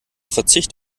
verzicht